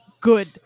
good